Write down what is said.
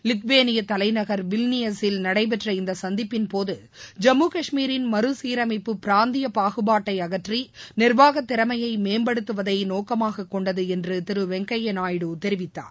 Lithuania தலைநகர் Vilnius ல் நடைபெற்ற இந்த சந்திப்பின்போது ஜம்மு காஷ்மீரின் மறுசீரமைப்பு பிராந்திய பாகுபாட்டை அகற்றி நிர்வாகத் திறமையை மேம்படுத்துவதை நோக்கமாக கொண்டது என்று திரு வெங்கையா நாயுடு தெரிவித்தார்